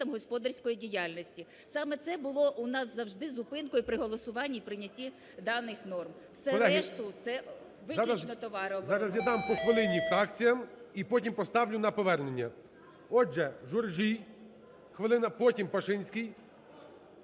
господарської діяльності. Саме це було у нас завжди зупинкою при голосування і прийнятті даних норм. Все решта це виключно… ГОЛОВУЮЧИЙ. Колеги, зараз я дам по хвилині фракціям і потім поставлю на повернення. Отже, Журжій хвилина, потім Пашинський,